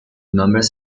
nombres